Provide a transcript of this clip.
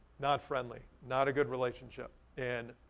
not friendly, not a good relationship. and